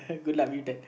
good luck with that